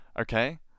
okay